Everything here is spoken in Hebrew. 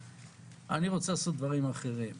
אני רוצה לעשות דברים אחרים.